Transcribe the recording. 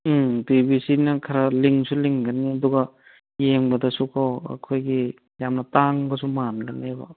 ꯎꯝ ꯄꯤꯕꯤꯁꯤꯅ ꯈꯔ ꯂꯤꯡꯁꯨ ꯂꯤꯡꯒꯅꯤ ꯑꯗꯨꯒ ꯌꯦꯡꯕꯗꯁꯨꯀꯣ ꯑꯩꯈꯣꯏꯒꯤ ꯌꯥꯝꯅ ꯇꯥꯡꯕꯁꯨ ꯃꯥꯜꯂꯅꯦꯕ